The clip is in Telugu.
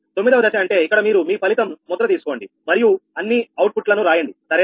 తొమ్మిదవ దశ అంటే ఇక్కడ మీరు మీ ఫలితం ముద్ర తీసుకోండి మరియు అన్నీ అవుట్ ఫుట్ లను రాయండి సరేనా